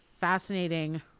fascinating